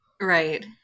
right